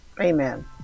Amen